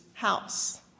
house